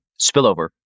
spillover